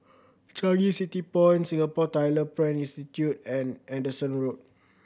Changi City Point Singapore Tyler Print Institute and Anderson Road